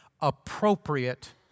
appropriate